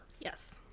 Yes